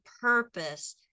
purpose